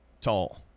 tall